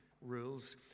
rules